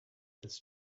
that